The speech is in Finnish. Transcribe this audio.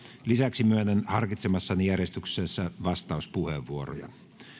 lisäksi myönnän harkitsemassani järjestyksessä vastauspuheenvuoroja